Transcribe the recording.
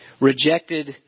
rejected